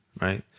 right